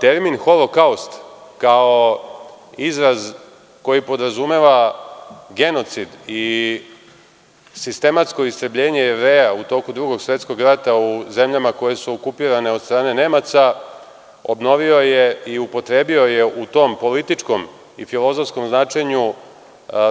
Termin holokaust kao izraz koji podrazumeva genocid i sistematsko istrebljenje Jevreja u toku Drugog svetskog rata u zemljama koje su okupirane od strane Nemaca, obnovio je i upotrebio je u tom političkom i filozofskom značenju